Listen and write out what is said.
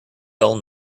dull